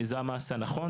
זה המעשה הנכון.